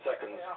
seconds